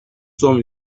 sommes